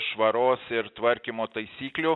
švaros ir tvarkymo taisyklių